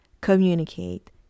communicate